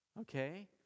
Okay